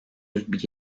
yüz